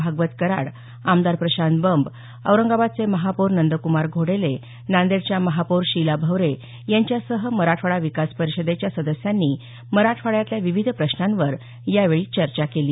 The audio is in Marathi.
भागवत कराड आमदार प्रशांत बंब औरंगाबादचे महापौर नंदक्मार घोडेले नांदेडच्या महापौर शिला भवरे यांच्यासह मराठवाडा विकास परिषदेच्या सदस्यांनी मराठवाड्यातल्या विविध प्रश्नांवर यावेळी चर्चा केली